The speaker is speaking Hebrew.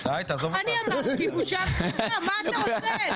אני אמרתי בושה וחרפה, מה אתה רוצה?